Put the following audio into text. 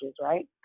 right